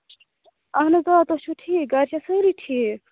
اہن حظ آ تُہۍ چھُو ٹھیٖک گَرِ چھا سٲری ٹھیٖک